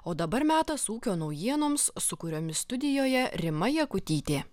o dabar metas ūkio naujienoms su kuriomis studijoje rima jakutytė